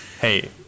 hey